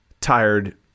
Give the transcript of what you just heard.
tired